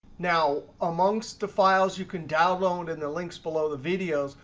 now, amongst the files you can download in the links below the videos,